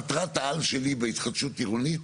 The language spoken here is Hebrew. מטרת העל שלי בהתחדשות עירונית,